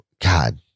God